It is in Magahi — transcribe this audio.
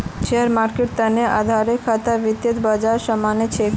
शेयर मार्केटेर तने आधारोत खतरा वित्तीय बाजारत असम्भव छेक